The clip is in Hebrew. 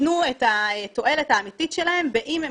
ייתנו את התועלת האמיתית שלהם באם הם